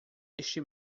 este